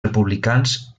republicans